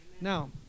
Now